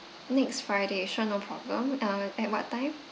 next friday sure no problem uh at what time